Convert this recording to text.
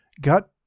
got